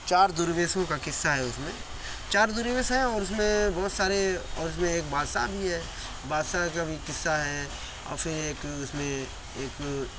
چار درویشوں کا قصہ ہے اس میں چار درویش ہے اور اس میں اور بہت سارے اور اس میں ایک بادشاہ بھی ہے بادشاہ کا بھی قصہ ہے اور پھر ایک اس میں ایک